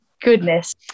goodness